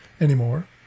anymore